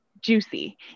juicy